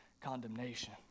condemnation